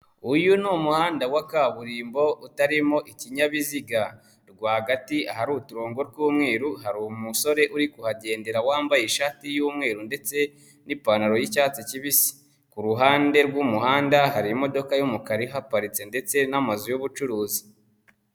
Uyu ni umuhanda wa kaburimbo utarimo ikinyabiziga, rwagati ahari uturongo tw'umweru hari umusore uri kuhagendera wambaye ishati y'umweru ndetse n'ipantaro y'icyatsi kibisi, ku ruhande rw'umuhanda hari imodoka y'umukara ihaparitse ndetse n'amazu y'ubucuruzi.